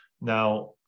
Now